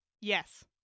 Yes